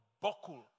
buckle